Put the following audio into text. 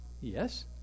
Yes